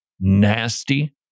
nasty